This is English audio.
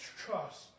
trust